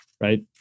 Right